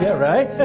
yeah right?